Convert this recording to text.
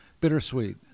Bittersweet